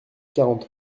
quarante